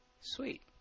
sweet